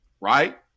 Right